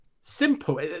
simple